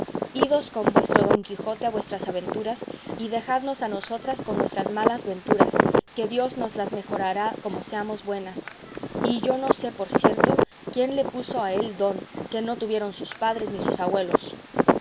idos con vuestro don quijote a vuestras aventuras y dejadnos a nosotras con nuestras malas venturas que dios nos las mejorará como seamos buenas y yo no sé por cierto quién le puso a él don que no tuvieron sus padres ni sus agüelos